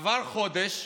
עבר חודש,